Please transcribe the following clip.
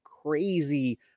crazy